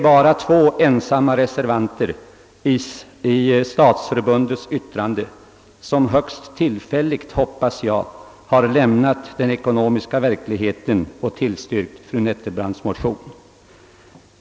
Endast två reservanter i Stadsförbundet har — högst tillfälligt, hoppas jag — lämnat den ekonomiska verkligheten och tillstyrkt fru Nettelbrandts motion.